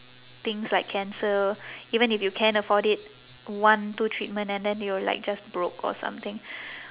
things like cancer even if you can afford it one two treatment and then you're like just broke or something